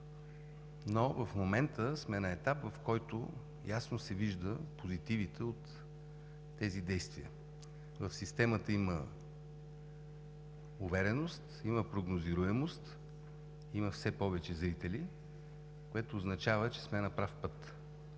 В момента сме на етап, в който ясно се виждат позитивите от тези действия. В системата има увереност, има прогнозируемост, има все повече зрители, което означава, че сме на прав път.